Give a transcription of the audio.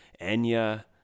Enya